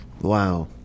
Wow